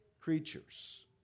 creatures